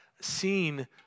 seen